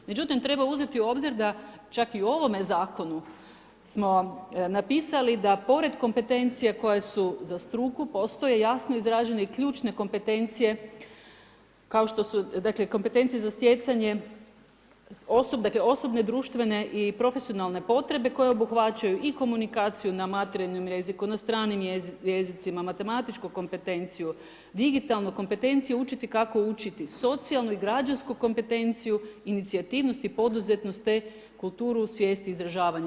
Međutim, treba uzeti u obzir da čak i u ovome zakonu smo napisali da pored kompetencija koje su za struku postoje jasno izražene i ključne kompetencije kao što su, dakle kompetencije za stjecanje dakle osobne društvene i profesionalne potrebe koje obuhvaćaju i komunikaciju na materijalnom jeziku, na stranim jezicima, matematičku kompetenciju, digitalnu kompetenciju, učiti kako uči socijalnu i građansku kompetenciju, inicijativnost i poduzetnost te kulturu i svijest izražavanja.